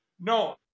No